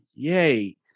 Yay